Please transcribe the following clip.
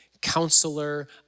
counselor